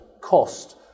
cost